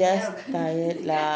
just tired lah